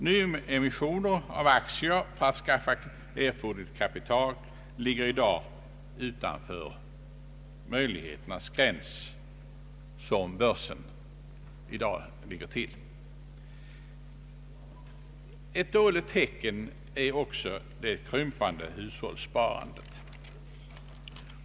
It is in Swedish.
Nyemissioner av aktier för att skaffa erforderligt kapital ligger utanför möjligheternas gräns med nuvarande börsutveckling. Ett dåligt tecken är också det krympande hushållssparandet.